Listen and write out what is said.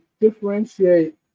differentiate